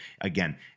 again